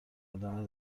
ادامه